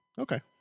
Okay